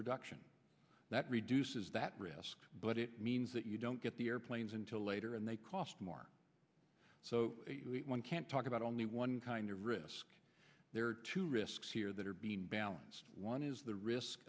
production that reduces that risk but it means that you don't get the airplanes until later and they cost more so one can't talk about only one kind of risk there are two risks here that are being balanced one is the risks